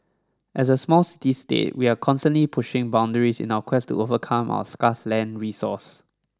as a small city state we are constantly pushing boundaries in our quest to overcome our scarce land resource